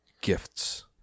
gifts